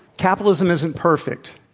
capitalism isn't perfect,